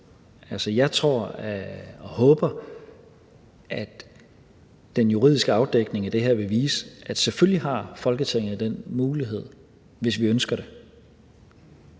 Jeg tror og håber, at den juridisk afdækning af det her vil vise, at selvfølgelig har Folketinget den mulighed, hvis vi ønsker det.